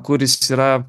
kur jis yra